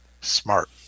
Smart